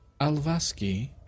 Alvaski